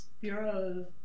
bureau